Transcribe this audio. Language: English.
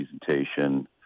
presentation